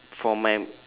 for my